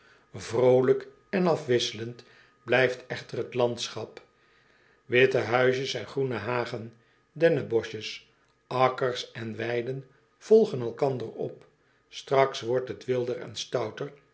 vrolijk en afwisselend blijft echter het landschap witte huisjes en groene hagen dennenboschjes akkers en weiden volgen elkander op straks wordt het wilder en stouter